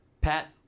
Pat